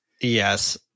Yes